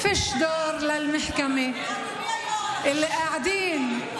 אומרת, במה מדובר, כל העניין, )